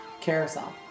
carousel